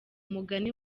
mugani